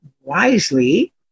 wisely